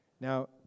Now